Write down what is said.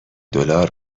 دلار